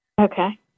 Okay